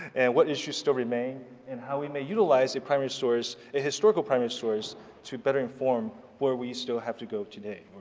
and what issues still remain and how we may utilize a primary source, a historical primary source to better inform where we still have to go today,